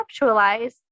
conceptualize